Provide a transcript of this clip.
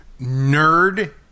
nerd